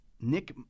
Nick